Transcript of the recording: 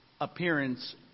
appearance